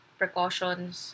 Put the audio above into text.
precautions